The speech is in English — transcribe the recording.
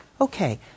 Okay